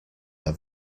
are